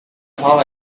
fall